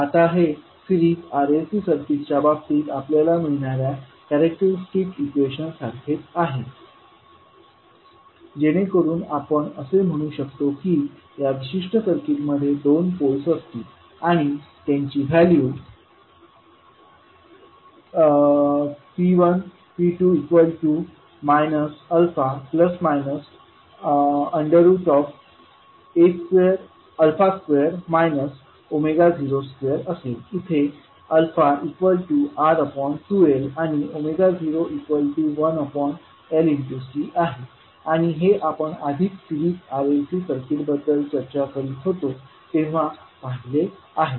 आता हे series RLC सर्किटच्या बाबतीत आपल्याला मिळणाऱ्या कॅरेक्टरिस्टिक इक्वेशन सारखेच हे आहे जेणेकरुन आता आपण असे म्हणू शकतो की या विशिष्ट सर्किटमध्ये दोन पोल्स असतील आणि त्यांची व्हॅल्यू p12 α ± 2 02असेल इथे αR2L आणि 01LC आहे आणि हे आपण आधीच सिरीज RLC सर्किट बद्दल चर्चा करीत होते तेव्हा पाहिले आहे